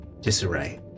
disarray